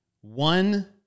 one